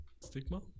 stigma